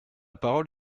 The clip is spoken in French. parole